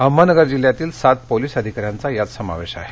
अहमदनगर जिल्ह्यातील सात पोलीस अधिकाऱ्यांचा यात समावेश आहे